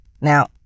Now